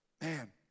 man